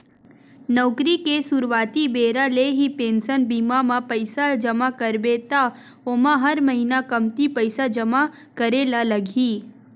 नउकरी के सुरवाती बेरा ले ही पेंसन बीमा म पइसा जमा करबे त ओमा हर महिना कमती पइसा जमा करे ल लगही